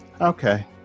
Okay